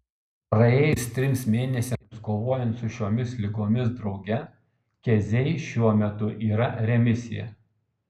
praėjus trims mėnesiams kovojant su šiomis ligomis drauge keziai šiuo metu yra remisija